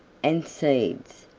and seeds.